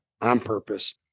on-purpose